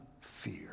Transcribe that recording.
fear